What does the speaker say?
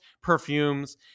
perfumes